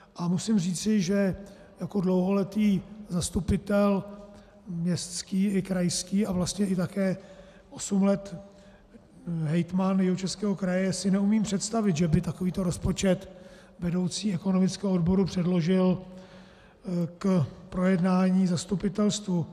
A musím říci, že jako dlouholetý zastupitel městský i krajský a vlastně i také osm let hejtman Jihočeského kraje si neumím představit, že by takovýto rozpočet vedoucí ekonomického odboru předložil k projednání zastupitelstvu.